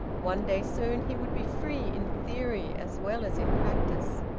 one day soon he would be free in theory as well as in practice.